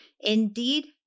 indeed